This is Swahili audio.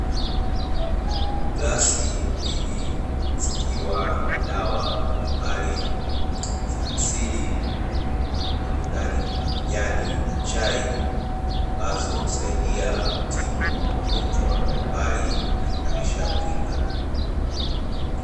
Glasi mbili zikiwa na dawa mbalimbali za asili huku ndani kuna majani na chai ambazo husaidia kutibu magonjwa mbalimbali na kuimarisha kinga.